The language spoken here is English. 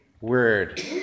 word